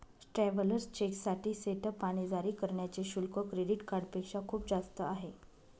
travellers चेकसाठी setup आणि जारी करण्याचे शुल्क क्रेडिट कार्डपेक्षा खूप जास्त आहे